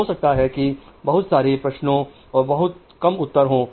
तो हो सकता है कि बहुत सारे प्रश्नों और बहुत कम उत्तर हो